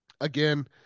again